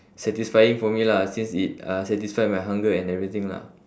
satisfying for me lah since it uh satisfied my hunger and everything lah